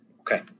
Okay